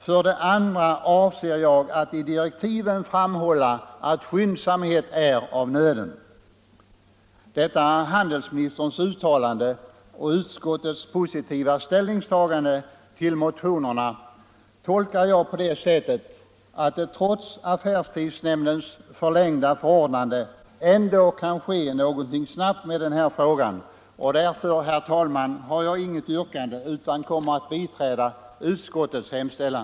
För det andra avser jag att i direktiven framhålla att skyndsamhet är av nöden.” Detta handelsministerns uttalande och utskottets positiva ställningstagande till motionerna tolkar jag på det sättet att det trots affärstidsnämndens förlängda förordnande ändå kan ske någonting snabbt i den här frågan, och därför, herr talman, har jag inget yrkande utan kommer att biträda utskottets hemställan.